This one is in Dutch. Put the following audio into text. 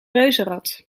reuzenrad